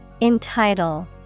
Entitle